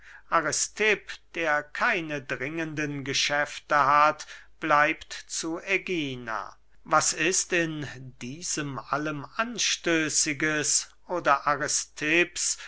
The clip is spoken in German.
der keine dringenden geschäfte hat bleibt zu ägina was ist in diesem allen anstößiges oder